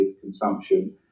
consumption